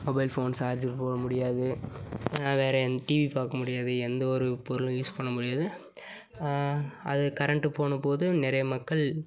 mobile phone charge போட முடியாது வேறே டிவி பார்க்க முடியாது எந்த ஒரு பொருளும் யூஸ் பண்ண முடியாது அது கரண்ட் போனபோது நிறைய மக்கள்